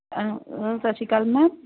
ਸਤਿ ਸ਼੍ਰੀ ਅਕਾਲ ਮੈਮ